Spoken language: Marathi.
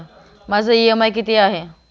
माझा इ.एम.आय किती आहे?